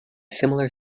similar